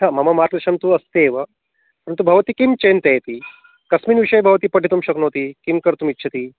हा मम मार्गदर्शनं तु अस्ति एव परन्तु भवति किं चिन्तयति कस्मिन् विषये भवती पठितुं शक्नोति किं कर्तुमिच्छति